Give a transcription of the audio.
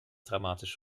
dramatisch